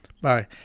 Bye